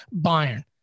Bayern